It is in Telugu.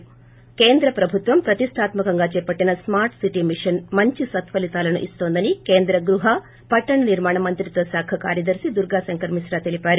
ి కేంద్ర ప్రభుత్వం ప్రతిష్టాత్మకంగా చేపట్టిన స్కార్ట్ సిటీ మిషన్ మంచి సత్సలితాలను ఇస్తోందని కేంద్ర గృహా పట్టణ నిర్మాణి మంత్రిత్వ శాఖ కార్యదర్తి దుర్గా శంకర్ మిత్రా తెలిపారు